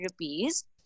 rupees